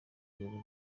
kuyobora